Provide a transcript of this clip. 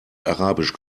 arabisch